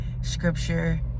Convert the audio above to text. scripture